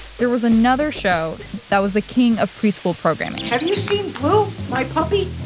there was another show that was the king of preschool programming have you seen blue, my puppy?